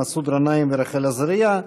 מסעוד גנאים ורחל עזריה.